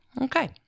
Okay